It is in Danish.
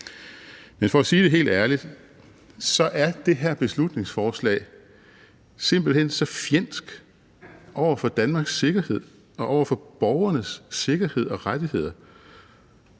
Men for at sige det helt ærligt er det her beslutningsforslag simpelt hen så fjendsk over for Danmarks sikkerhed og over for borgernes sikkerhed og rettigheder,